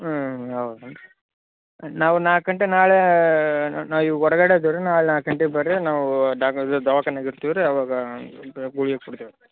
ಹ್ಞೂ ಹೌದೇನ್ರಿ ನಾವು ನಾಲ್ಕು ಗಂಟೆ ನಾಳೆ ನಾ ಇವ್ಗ ಹೊರಗಡೆ ಅದೀವಿ ರಿ ನಾಳೆ ನಾಲ್ಕು ಗಂಟೆಗೆ ಬನ್ರಿ ನಾವು ದವಾಖಾನೆಗ ಇರ್ತೀವಿ ರಿ ಅವಾಗ ಗುಳಿಗೆ ಕೊಡ್ತೀವಿ ರಿ